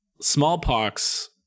smallpox-